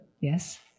Yes